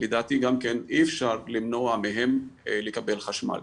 לדעתי גם כן אי אפשר למנוע מהם לקבל חשמל.